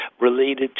related